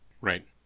Right